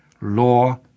Law